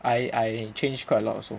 I I changed quite a lot also